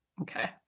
Okay